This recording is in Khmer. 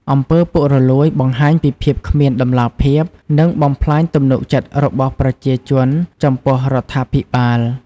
អំពើពុករលួយបង្ហាញពីភាពគ្មានតម្លាភាព និងបំផ្លាញទំនុកចិត្តរបស់ប្រជាជនចំពោះរដ្ឋាភិបាល។